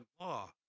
law